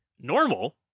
Normal